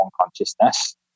consciousness